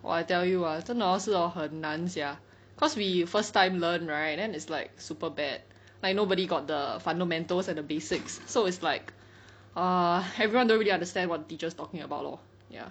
!wah! I tell you ah 真的 hor 是 hor 很难 sia cause we first time learn right then is like super bad like nobody got the fundamentals and the basics so it's like err everyone don't really understand what the teacher's talking about lor ya